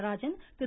Natarajan Thiru